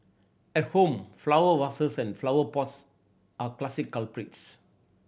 at home flower vases and flower pots are classic culprits